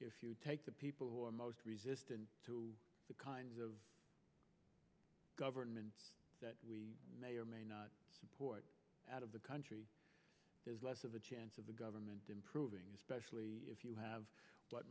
if you take the people who are most resistant to the kinds of government that we may or may not support out of the country there's less of a chance of the government improving especially if you have what